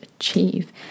achieve